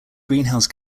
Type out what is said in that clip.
greenhouse